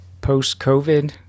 post-COVID